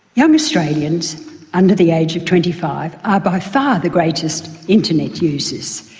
young australians under the age of twenty five are by far the greatest internet users.